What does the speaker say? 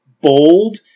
bold